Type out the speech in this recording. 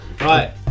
Right